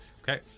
Okay